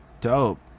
dope